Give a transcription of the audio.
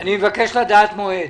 אני מבקש לדעת מועד.